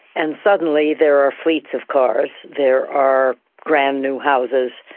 and suddenly there are fleets of cars, there are brand new houses,